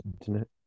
internet